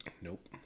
Nope